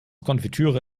konfitüre